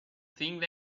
thing